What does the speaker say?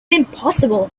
impossible